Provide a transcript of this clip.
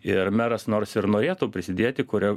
ir meras nors ir norėtų prisidėti kuria